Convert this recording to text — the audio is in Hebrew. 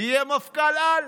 יהיה מפכ"ל-על,